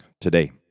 today